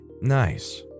nice